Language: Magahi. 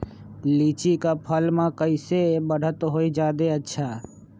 लिचि क फल म कईसे बढ़त होई जादे अच्छा?